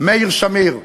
מאיר שמיר,